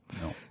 No